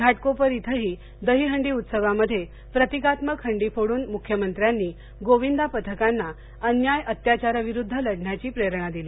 घाटकोपर इथंही दहीहंडी उत्सवामध्ये प्रतीकात्मक हंडी फोडून मुख्यमंत्र्यांनी गोविंदा पथकांना अन्याय अत्याचाराविरुद्ध लढण्याची प्रेरणा दिली